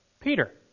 Peter